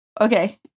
Okay